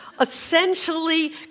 Essentially